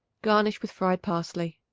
garnish with fried parsley.